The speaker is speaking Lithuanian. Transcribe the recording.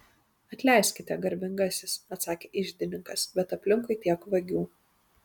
atleiskite garbingasis atsakė iždininkas bet aplinkui tiek vagių